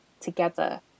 together